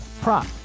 prop